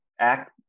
Act